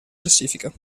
classifica